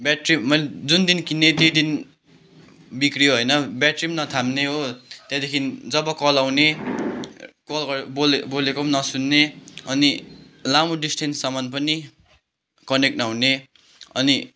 battery मैले जुन दिन किनेँ त्यही दिन बिग्रियो होइन ब्याट्री पनि नथाम्ने हो त्यहाँदेखि जब कल आउने कल गरे बोल् बोलेको पनि नसुन्ने अनि लामो डिस्टेन्ससम्म पनि कनेक्ट नहुने अनि